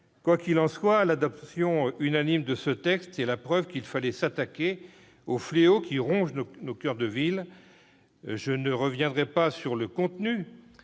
Quoi qu'il en soit, l'adoption unanime de ce texte est la preuve qu'il fallait s'attaquer aux fléaux qui rongent nos coeurs de ville. Nous le faisons ! Je ne reviendrai pas sur son contenu.